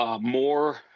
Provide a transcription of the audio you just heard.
more